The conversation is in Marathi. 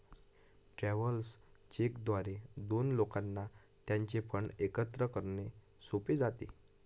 ट्रॅव्हलर्स चेक द्वारे दोन लोकांना त्यांचे फंड एकत्र करणे सोपे जाते